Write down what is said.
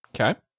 Okay